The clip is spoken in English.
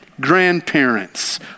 grandparents